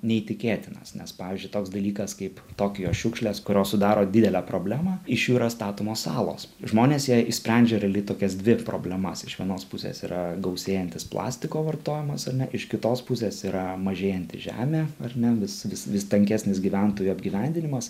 neįtikėtinas nes pavyzdžiui toks dalykas kaip tokijo šiukšlės kurios sudaro didelę problemą iš jų yra statomos salos žmonės jie išsprendžia realiai tokias dvi problemas iš vienos pusės yra gausėjantis plastiko vartojimas ar ne iš kitos pusės yra mažėjanti žemė ar ne vis vis vis tankesnis gyventojų apgyvendinimas